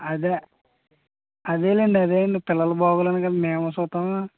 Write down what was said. అదే అదేలేండి అదే అండి పిల్లలు బాగోలనేగా మేము చూస్తాము